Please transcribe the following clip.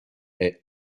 est